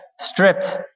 stripped